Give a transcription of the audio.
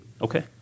Okay